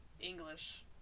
English-